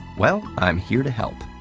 well, i'm here to help.